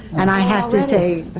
and i have to say,